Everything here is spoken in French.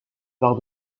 part